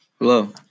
Hello